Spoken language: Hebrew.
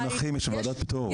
אבל בין אחים יש ועדת פטור.